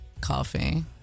Coffee